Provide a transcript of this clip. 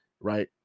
right